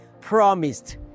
promised